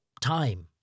time